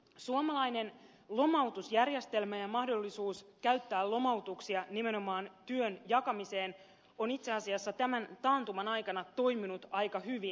suomalainen lomautusjärjestelmä ja mahdollisuus käyttää lomautuksia nimenomaan työn jakamiseen on itse asiassa tämän taantuman aikana toiminut aika hyvin